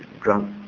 drunk